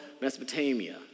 Mesopotamia